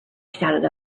shouted